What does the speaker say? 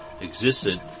existed